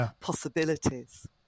possibilities